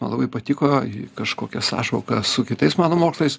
man labai patiko kažkokia sąšauka su kitais mano mokslais